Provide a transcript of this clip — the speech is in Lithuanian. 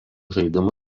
žaidimų